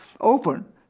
open